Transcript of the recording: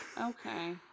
Okay